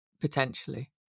potentially